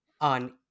on